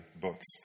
books